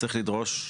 צריך לדרוש,